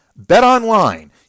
BetOnline